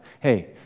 Hey